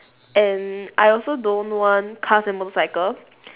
and I also don't want cars and motorcycle